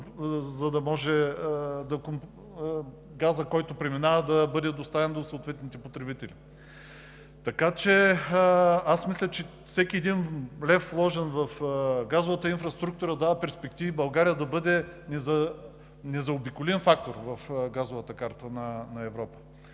за да може газът, който преминава, да бъде доставен до съответните потребители. Така че мисля, че всеки един лев, вложен в газовата инфраструктура, дава перспективи България да бъде незаобиколим фактор в газовата карта на Европа.